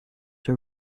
were